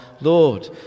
Lord